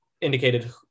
indicated